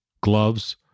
gloves